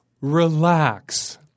relax